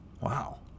Wow